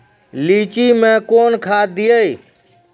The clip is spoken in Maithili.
लीची मैं कौन खाद दिए?